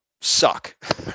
suck